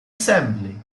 assembly